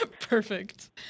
perfect